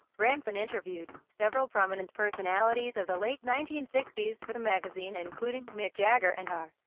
branson interviewed several prominent personalities of the late nineteen sixty s for the magazine including mick jagger and r.